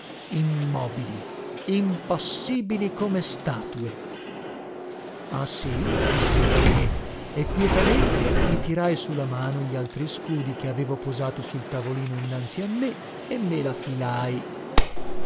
immobili impassibili come statue ah sì dissi tra me e quietamente mi tirai su la mano gli altri scudi che avevo posato sul tavolino innanzi a me e me la filai ecco